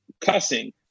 cussing